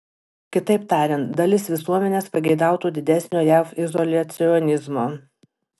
kitaip tariant dalis visuomenės pageidautų didesnio jav izoliacionizmo